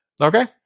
Okay